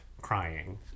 crying